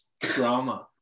drama